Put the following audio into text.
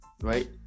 right